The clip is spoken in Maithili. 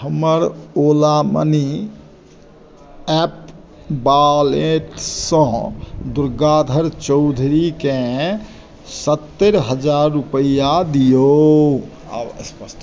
हमर ओला मनी एप वॉलेटसँ दुर्गाधर चौधरीकेँ सत्तर हजार रूपैआ करू